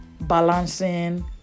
balancing